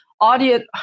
audience